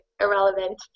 irrelevant